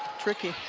tricky